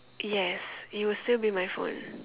yes it will still be my phone